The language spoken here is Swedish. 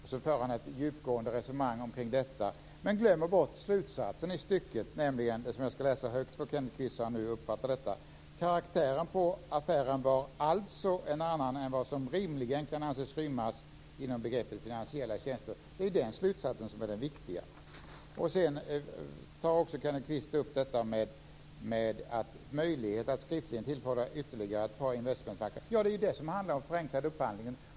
Sedan för han ett djupgående resonemang kring detta men glömmer bort slutsatsen i stycket, nämligen att "karaktären på affären var alltså en annan än vad som rimligen kan anses rymmas inom begreppet finansiella tjänster". Det är den slutsatsen som är den viktiga. Kenneth Kvist tar upp frågan om möjlighet att skriftligen tillskriva ytterligare ett par investmentbanker. Det är det som är förenklad upphandling.